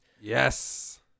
Yes